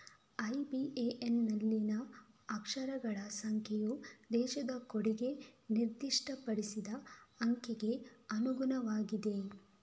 IBAN ನಲ್ಲಿನ ಅಕ್ಷರಗಳ ಸಂಖ್ಯೆಯು ದೇಶದ ಕೋಡಿಗೆ ನಿರ್ದಿಷ್ಟಪಡಿಸಿದ ಸಂಖ್ಯೆಗೆ ಅನುಗುಣವಾಗಿರುತ್ತದೆ